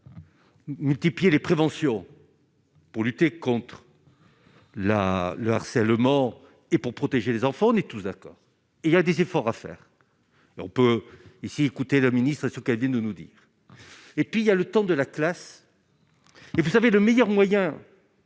Multiplier les préventions pour lutter contre la le harcèlement et pour protéger les enfants, on est tous d'accord, il y a des efforts à faire, et on peut ici écoutez le ministre ce qu'a dit ne nous dit et puis il y a le temps de la classe, et vous savez, le meilleur moyen